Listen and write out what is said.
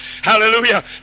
Hallelujah